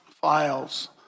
files